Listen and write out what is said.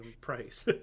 price